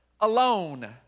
alone